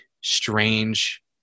strange